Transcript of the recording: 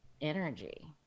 energy